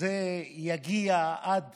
וזה יגיע עד